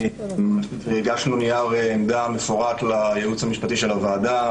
הגשנו מנייר עמדה מפורט לייעוץ המשפטי של הוועדה.